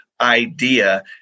idea